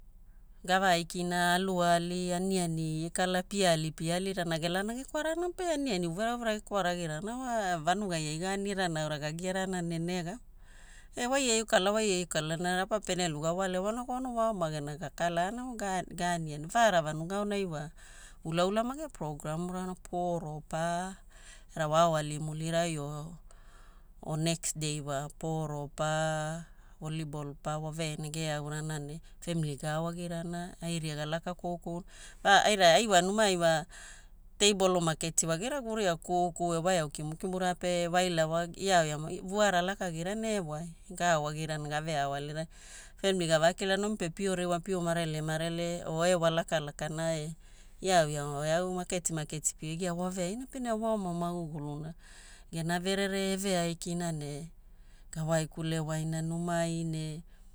Gavaikina, aluali, aniani iekala pialipialirana gelana gekwarana pe aniani uverauvera gekwaragirana wa vanugai ai ga anirana aura gagiarana ne nega e waia io kalaa waia io kalaa na rapa pene luga wa lewana kwauna waoma gena gakalaana wa ga anianina. Vaara vanuga aonai wa ulaula mage program rana poro pa era wa aoali mulirai o next day wa poro pa volleyball pa waveina geaurana ne family gaoagirana, airia galaka koukouna. Era ai wa numai wa teibolo maketi wagira guria, kuku e waeau kimukimura pe waila wa iaoiao e vuara lakagira ne ewai. Gaaoagirana gaveaoalirana. Family gavakilarana omi pio ririwa ne pio marelemarele o ewa lakalaka na iaoiao eau maketi maketi pie gia aoa waveaina. Pene ao waoma maguguluna gena verere eveaikina ne gawaikulena numai ne